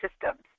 systems